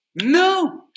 No